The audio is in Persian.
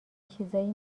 چیزایی